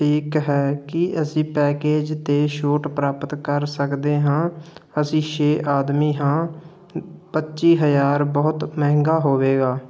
ਠੀਕ ਹੈ ਕੀ ਅਸੀਂ ਪੈਕੇਜ 'ਤੇ ਛੋਟ ਪ੍ਰਾਪਤ ਕਰ ਸਕਦੇ ਹਾਂ ਅਸੀਂ ਛੇ ਆਦਮੀ ਹਾਂ ਪੱਚੀ ਹਜ਼ਾਰ ਬਹੁਤ ਮਹਿੰਗਾ ਹੋਵੇਗਾ